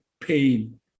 pain